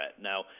Now